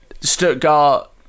Stuttgart